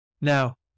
Now